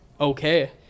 okay